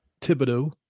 Thibodeau